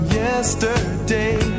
yesterday